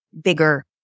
bigger